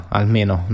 almeno